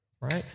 Right